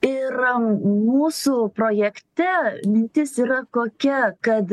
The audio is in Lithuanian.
ir mūsų projekte mintis yra kokia kad